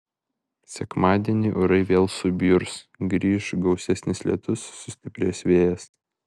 sekmadienį orai vėl subjurs grįš gausesnis lietus sustiprės vėjas